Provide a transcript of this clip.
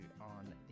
on